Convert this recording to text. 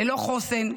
ללא חוסן,